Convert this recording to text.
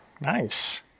Nice